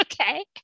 Okay